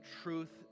truth